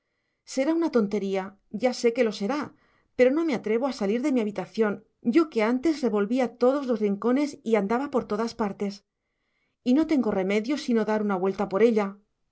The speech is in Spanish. será una tontería ya sé que lo será pero no me atrevo a salir de mi habitación yo que antes revolvía todos los rincones y andaba por todas partes y no tengo remedio sino dar una vuelta por ella